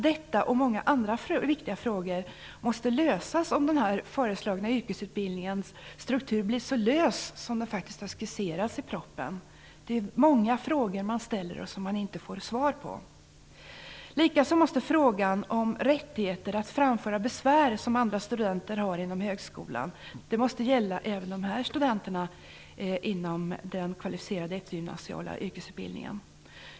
Denna och många andra viktiga frågor måste lösas, om nu den föreslagna yrkesutbildningens struktur blir så lös som den faktiskt har skisserats i propositionen. Man ställer sig många frågor som man inte får svar på. Likaså måste rättigheten att anföra besvär som andra studenter har inom högskolan gälla även dessa studenter inom den kvalificerade eftergymnasiala yrkesutbildningen.